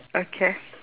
okay